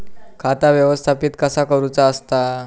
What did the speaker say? खाता व्यवस्थापित कसा करुचा असता?